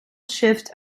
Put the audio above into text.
shift